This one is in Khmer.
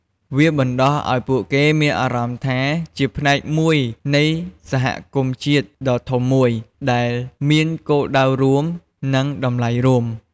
វាបណ្ដុះឱ្យពួកគេមានអារម្មណ៍ថាជា ផ្នែកមួយនៃសហគមន៍ជាតិដ៏ធំមួយ ដែលមានគោលដៅរួម និងតម្លៃរួម។